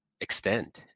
extend